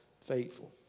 faithful